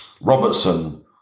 Robertson